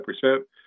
percent